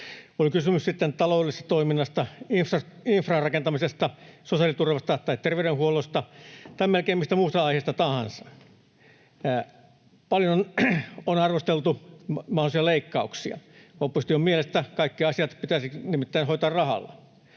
oli kysymys sitten taloudellisesta toiminnasta, infran rakentamisesta, sosiaaliturvasta, terveydenhuollosta tai melkein mistä muusta aiheesta tahansa. Paljon on arvosteltu mahdollisia leikkauksia. Opposition mielestä kaikki asiat pitäisi nimittäin hoitaa rahalla.